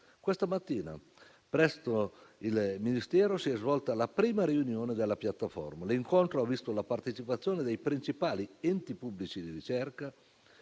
Questa mattina presso il Ministero si è svolta la prima riunione della Piattaforma. L'incontro ha visto la partecipazione dei principali enti pubblici di ricerca,